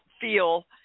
feel